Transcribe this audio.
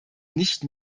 nicht